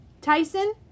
Tyson